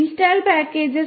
അതിനാൽ install